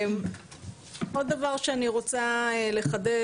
עוד דבר שאני רוצה לחדד,